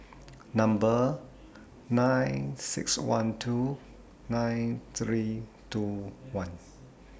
Number nine six one two nine three two one